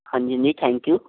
ਹਾਂਜੀ ਹਾਂਜੀ thank you